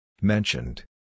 Mentioned